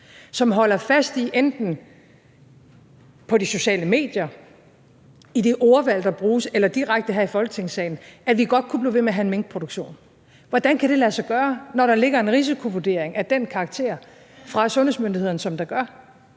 som holder fast i enten på de sociale medier, i det ordvalg, der bruges, eller direkte her i Folketingssalen, at vi godt kunne blive ved med at have en minkproduktion. Hvordan kan det lade sig gøre, når der ligger en risikovurdering af den karakter fra sundhedsmyndighederne, som der gør?